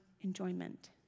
enjoyment